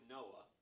Noah